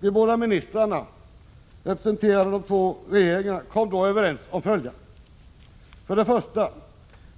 De båda ministrarna, representerande de två regeringarna, kom då överens om följande: 1.